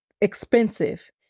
expensive